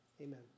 Amen